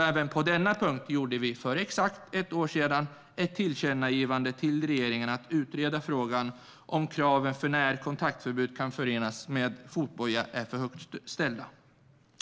Även på denna punkt gjorde vi för exakt ett år sedan ett tillkännagivande till regeringen om att utreda ifall kraven för när kontaktförbud kan förenas med fotboja är för högt ställda.